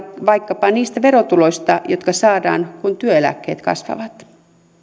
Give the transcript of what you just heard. vaikkapa niistä verotuloista jotka saadaan kun työeläkkeet kasvavat